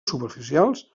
superficials